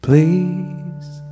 Please